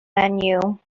menu